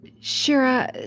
Shira